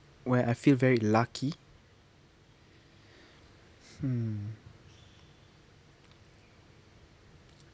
where I feel very lucky hmm